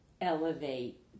elevate